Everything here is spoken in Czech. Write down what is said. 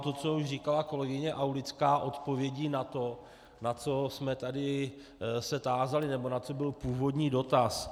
To, co už říkala kolegyně Aulická odpovědí na to, na co jsme tady se tázali nebo na co byl původní dotaz.